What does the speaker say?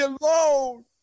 alone